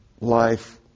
life